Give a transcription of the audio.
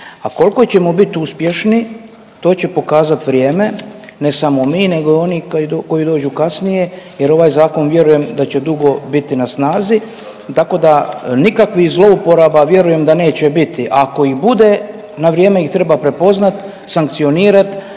a kolko ćemo bit uspješni to će pokazat vrijeme, ne samo mi nego i oni koji dođu kasnije jer ovaj zakon vjerujem da će dugo biti na snazi, tako da nikakvih zlouporaba vjerujem da neće biti, ako ih bude na vrijeme ih treba prepoznat, sankcionirat